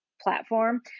platform